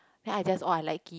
then I just oh I like it